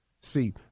See